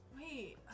wait